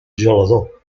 gelador